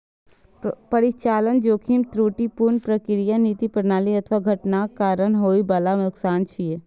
परिचालन जोखिम त्रुटिपूर्ण प्रक्रिया, नीति, प्रणाली अथवा घटनाक कारण होइ बला नुकसान छियै